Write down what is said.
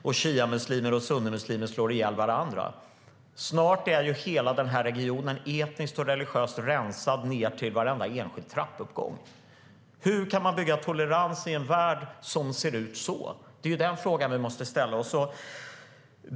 Och shiamuslimer och sunnimuslimer slår ihjäl varandra. Snart är hela regionen etniskt och religiöst rensad ned till varenda enskild trappuppgång. Hur kan man bygga tolerans i en värld som ser ut så? Det är den frågan vi måste ställa oss.